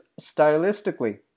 stylistically